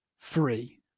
Three